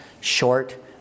short